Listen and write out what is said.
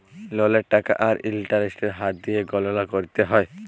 ললের টাকা আর ইলটারেস্টের হার দিঁয়ে গললা ক্যরতে হ্যয়